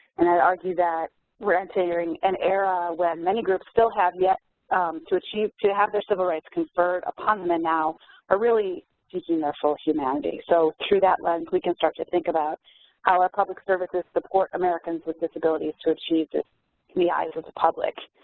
and i'd argue that we're entering an era where many groups still have yet to achieve to have their civil rights conferred upon them and now are really reaching their full humanity. so through that lens we can start to think about how our public services support americans with disabilities to achieve this through the eyes of the public,